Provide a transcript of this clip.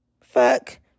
fuck